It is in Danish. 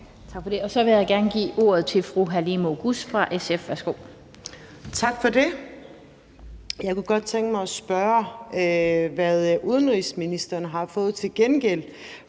Tak for det. Så vil jeg gerne give ordet til fru Halime Oguz fra SF. Værsgo. Kl. 18:48 Halime Oguz (SF): Tak for det. Jeg kunne godt tænke mig at spørge, hvad udenrigsministeren har fået til gengæld